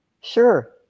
Sure